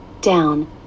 down